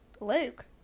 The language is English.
Luke